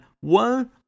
one